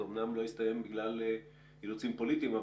זה אמנם לא הסתיים בגלל אילוצים פוליטיים,